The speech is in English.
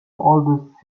oldest